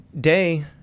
day